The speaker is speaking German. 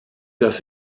das